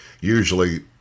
Usually